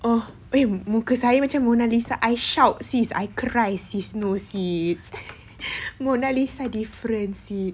oh eh muka saya macam mona lisa I shout sis I cry sis no sis mona lisa different sis